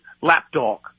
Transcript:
lapdog